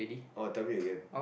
oh tell me again